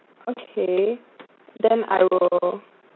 okay then I will